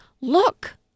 look